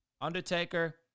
Undertaker